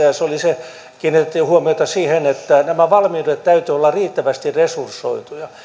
ja se oli se että kiinnitettiin huomiota siihen että näiden valmiuksien täytyy olla riittävästi resursoituja